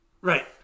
Right